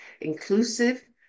inclusive